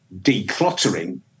decluttering